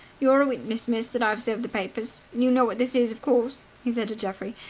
you're a witness, miss, that i've served the papers. you know what this is, of course? he said to geoffrey.